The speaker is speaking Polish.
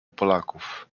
polaków